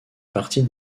partie